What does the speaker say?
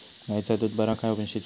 गायचा दूध बरा काय म्हशीचा?